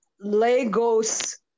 Lagos